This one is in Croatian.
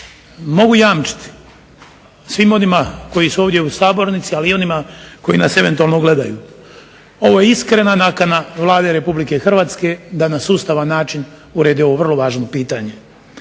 Mogu jamčiti svima onima koji su ovdje u sabornici ali i onima koji nas eventualno gledaju. Ovo je iskrena nakana Vlade RH da na sustavan način uredi ovo vrlo važno pitanje.